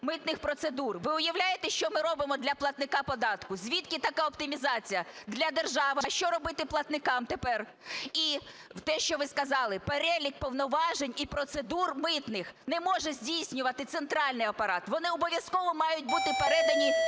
митних процедур. Ви уявляєте, що ми робимо для платника податку, звідки така оптимізація для держави? А що робити платникам тепер? І те, що ви сказали, перелік повноважень і процедур митних не може здійснювати центральний апарат, вони обов'язково мають бути передані